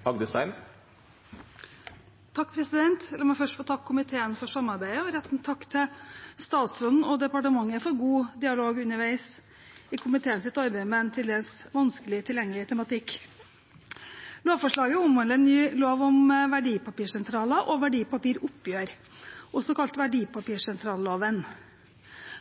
en takk til statsråden og departementet for god dialog underveis i komiteens arbeid med en til dels vanskelig tilgjengelig tematikk. Lovforslaget omhandler ny lov om verdipapirsentraler og verdipapiroppgjør, også kalt verdipapirsentralloven.